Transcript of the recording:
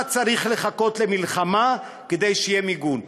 למה צריך לחכות למלחמה כדי שיהיה מיגון?